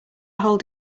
hold